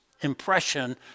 impression